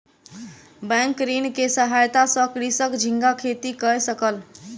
bank ऋण के सहायता सॅ कृषक झींगा खेती कय सकल